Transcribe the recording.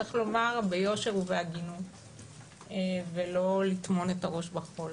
צריך לומר ביושר ובהגינות ולא לטמון את הראש בחול